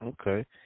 Okay